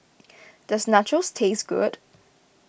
does Nachos taste good